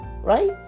Right